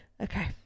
okay